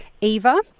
Eva